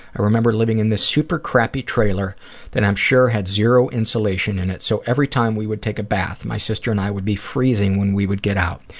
i remember living in this super-crappy trailer that i'm sure had zero insulation in it, so every time we would take a bath, my sister and i would be freezing when we would get out.